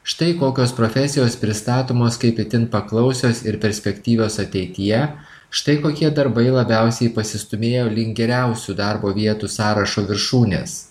štai kokios profesijos pristatomos kaip itin paklausios ir perspektyvios ateityje štai kokie darbai labiausiai pasistūmėjo link geriausių darbo vietų sąrašo viršūnės